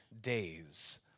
days